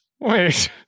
Wait